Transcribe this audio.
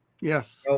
Yes